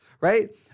right